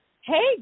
Hey